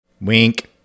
Wink